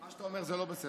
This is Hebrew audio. מה שאתה אומר זה לא בסדר.